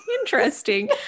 interesting